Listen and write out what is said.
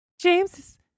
James